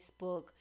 Facebook